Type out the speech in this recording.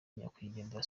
nyakwigendera